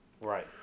Right